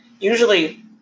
usually